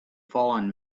fallen